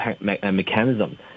mechanism